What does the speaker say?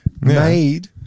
Made